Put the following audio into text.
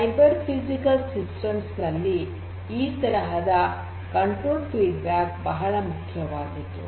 cyber physical systems ನಲ್ಲಿ ಈ ತರಹದ ಕಂಟ್ರೋಲ್ ಫೀಡ್ಬ್ಯಾಕ್ ಬಹಳ ಪ್ರಮುಖವಾದದ್ದು